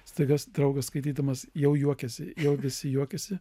staiga draugas skaitydamas jau juokiasi jau visi juokiasi